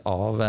av